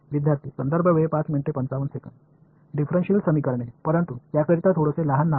differential समीकरणे परंतु त्याकरिता थोडेसे लहान नाव